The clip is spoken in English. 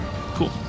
Cool